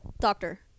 doctor